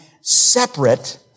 separate